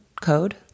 code